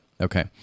Okay